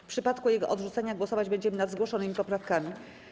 W przypadku jego odrzucenia głosować będziemy nad zgłoszonymi poprawkami.